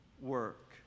work